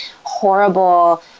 horrible